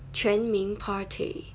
全宁 party